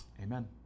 Amen